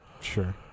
Sure